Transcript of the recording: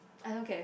I don't care